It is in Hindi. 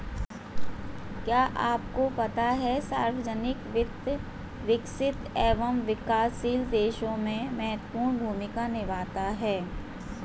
क्या आपको पता है सार्वजनिक वित्त, विकसित एवं विकासशील देशों में महत्वपूर्ण भूमिका निभाता है?